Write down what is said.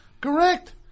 correct